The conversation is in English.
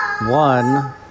one